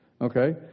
Okay